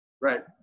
Right